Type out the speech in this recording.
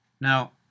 Now